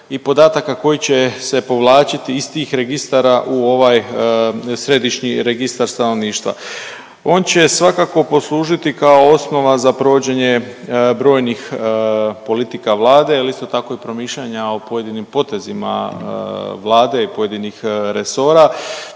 i podataka koji će se povlačiti iz tih registara u ovaj Središnji registar stanovništva. On će svakako poslužiti kao osnova za provođenje brojnih politika Vlade, ali isto tako i promišljanja o pojedinim potezima Vlade, pojedinih resora